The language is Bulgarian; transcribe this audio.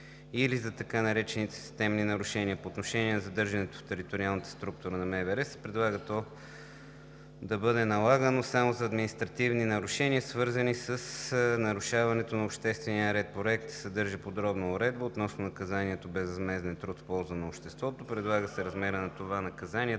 или за така нареченото системно нарушение. По отношение на задържането в териториална структура на МВР се предлага то да бъде наложено само за административни нарушения, свързани с нарушаването на обществения ред. Проектът съдържа подробна уредба относно наказанието безвъзмезден труд в полза на обществото. Предлага се размерът на това наказание